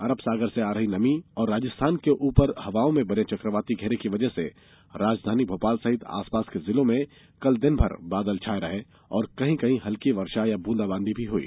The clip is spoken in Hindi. अरब सागर से आ रही नमी और राजस्थान में ऊपरी हवाओं में बने चक्रवाती घेरे की वजह से राजधानी भोपाल सहित आसपास के जिलों में कल दिनभर बादल छाये रहे और कहीं कहीं हल्की वर्षा या बूंदाबांदी भी हुई